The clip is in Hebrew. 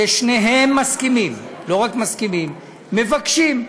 ששניהם מסכימים, לא רק מסכימים, מבקשים,